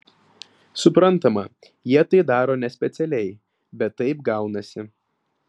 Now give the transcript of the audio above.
suprantama jie tai daro nespecialiai bet taip gaunasi